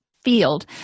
field